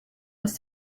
was